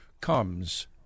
comes